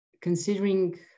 considering